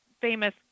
famous